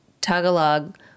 Tagalog